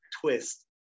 twist